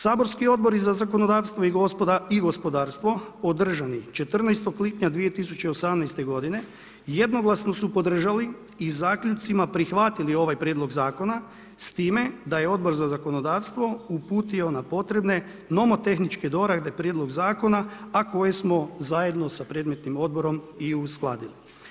Saborski odbor za zakonodavstva i gospodarstvo, održani 14.6.2018. g. jednoglasno su podržali i zaključcima prihvatili ovaj prijedlog zakona, s time da je Odbor za zakonodavstvo uputio na potrebne nomo tehničke dorade prijedlog zakona, a koje smo zajedno sa predmetnim odborom i uskladili.